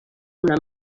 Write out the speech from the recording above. una